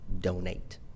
donate